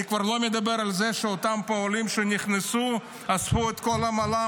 אני כבר לא מדבר על זה שאותם פועלים שנכנסו אספו את כל המל"מ,